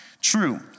true